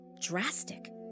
drastic